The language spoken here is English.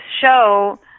show